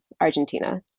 Argentina